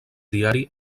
diari